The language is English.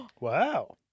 Wow